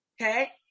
okay